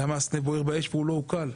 למה הסנה בוער באש והוא לא אוכל.